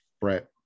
Brett